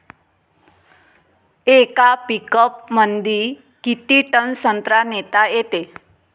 येका पिकअपमंदी किती टन संत्रा नेता येते?